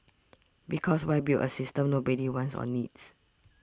because why build a system nobody wants or needs